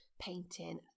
painting